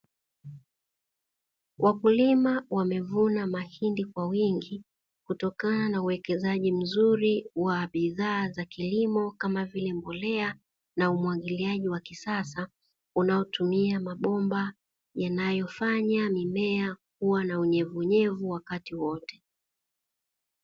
Wakulima wamevuna mahindi kwa wingi kutokana na uwekezaji mzuri wa bidhaa za kilimo kama vile mbolea na umwagiliaji wa kisasa unaotumia mabomba yanayofanya mimea kuwa na unyevunyevu wakati wote.